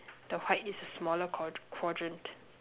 the white is a smaller qua~ quadrant